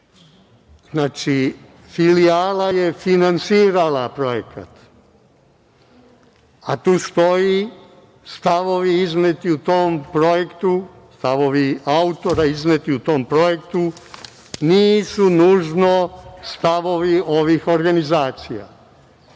Znači, filijala je finansirala projekat, a tu stoji, stavovi izneti u tom projektu, stavovi autora izneti u tom projektu nisu nužno stavovi ovih organizacija. Mi